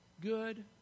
good